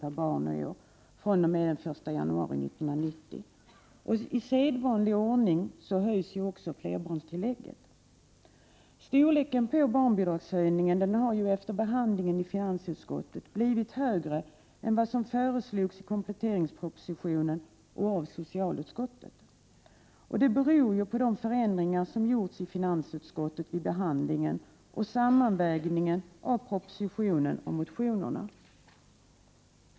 per barn och år fr.o.m. den 1 januari 1990. Och i sedvanlig ordning höjs också flerbarnstillägget. Storleken på barnbidragshöjningen har efter behandlingen i finansutskottet blivit större än vad som föreslogs i kompletteringspropositionen och av socialutskottet. Det beror på de förändringar som gjorts vid finansutskottets behandling och vid sammanvägningen av propositionen och motionerna.